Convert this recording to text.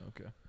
Okay